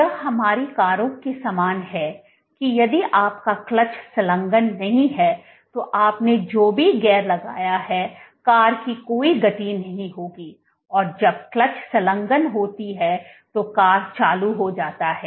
यह हमारी कारों के समान है कि यदि आपका क्लच संलग्न नहीं है तो आपने जो भी गियर लगाया है कार की कोई गति नहीं होगी और जब क्लच संलग्न होती है तो कार चालू हो जाता है